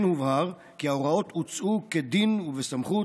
כן הובהר כי ההוראות הוצאו כדין ובסמכות,